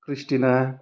christina